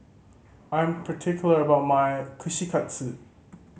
I'm particular about my Kushikatsu